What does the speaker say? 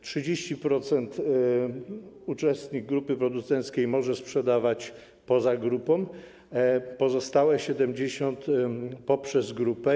30% uczestnik grupy producenckiej może sprzedawać poza grupą, pozostałe 70% - poprzez grupę.